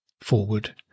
forward